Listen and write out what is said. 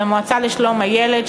למועצה לשלום הילד,